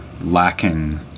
lacking